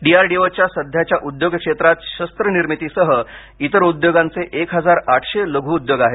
D R D O च्या सध्याच्या उद्योग क्षेत्रात शस्त्रनिर्मितीसह इतर उद्योगांचे एक हजार आठशे लघुउद्योग आहेत